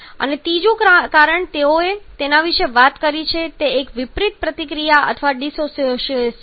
અને ત્રીજું કારણ તેઓએ તેના વિશે વાત કરી છે તે એક વિપરીત પ્રતિક્રિયા અથવા ડિસોસિએશન છે